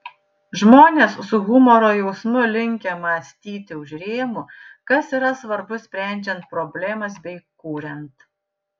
žmonės su humoro jausmu linkę mąstyti už rėmų kas yra svarbu sprendžiant problemas bei kuriant